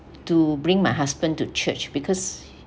to bring my husband to church because